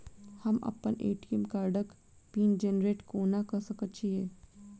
हम अप्पन ए.टी.एम कार्डक पिन जेनरेट कोना कऽ सकैत छी?